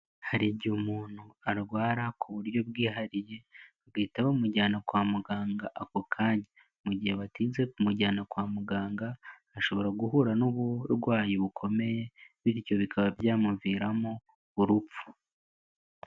Hari igihe umuntu arwara ku buryo bwihariye bagahita bamujyana kwa muganga ako kanya. Mu gihe batinze kumujyana kwa muganga ashobora guhura n'uburwayi bukomeye bityo bikaba byamuviramo urupfu.